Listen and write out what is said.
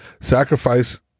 Sacrifice